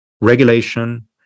regulation